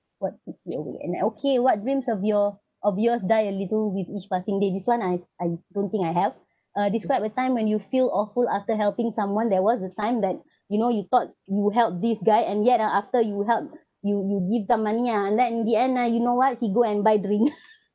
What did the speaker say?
what keeps you awake and then okay what dreams of your of yours die a little with each passing day this one I I don't think I have uh describe a time when you feel awful after helping someone there was a time that you know you thought you help this guy and yet ah after you help you you give them money ah and then in the end ah you know what he go and buy drink